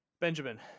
Benjamin